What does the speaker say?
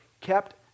kept